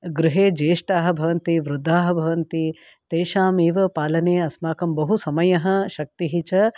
गृहे ज्येष्ठाः भवन्ति वृद्धाः भवन्ति तेषाम् एव पालने अस्माकं बहु समयः शक्तिः च